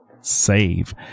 save